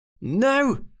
No